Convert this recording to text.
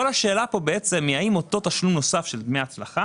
כל השאלה היא האם אותו תשלום נוסף של דמי הצלחה